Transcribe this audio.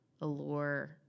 allure